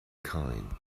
kine